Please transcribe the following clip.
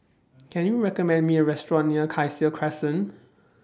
Can YOU recommend Me A Restaurant near Cassia Crescent